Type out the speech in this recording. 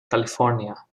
california